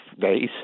days